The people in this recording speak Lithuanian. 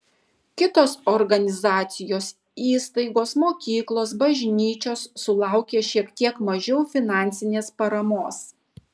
kitos organizacijos įstaigos mokyklos bažnyčios sulaukė šiek tiek mažiau finansinės paramos